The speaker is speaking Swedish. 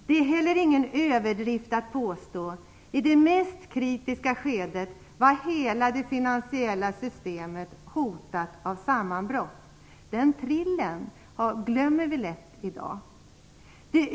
Det är heller ingen överdrift att påstå att hela det finansiella systemet var hotat av sammanbrott i det mest kritiska skedet. Den thrillern glömmer vi lätt i dag.